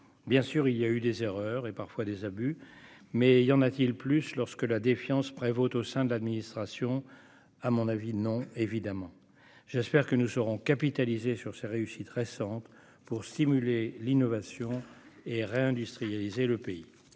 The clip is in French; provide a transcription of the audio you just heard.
Bien sûr, il y a eu des erreurs et parfois des abus, mais y en a-t-il plus lorsque la défiance prévaut au sein de l'administration ? À mon avis, non, évidemment. J'espère que nous saurons capitaliser sur ces réussites récentes pour stimuler l'innovation et réindustrialiser le pays.